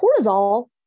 Cortisol